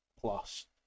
plus